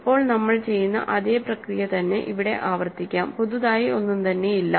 ഇപ്പോൾ നമ്മൾ ചെയ്യുന്ന അതേ പ്രക്രിയ തന്നെ ഇവിടെ ആവർത്തിക്കാം പുതുതായി ഒന്നും തന്നെയില്ല